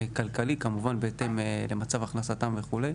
כלכלי כמובן בהתאם למצב הכנסתם וכדומה,